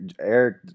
Eric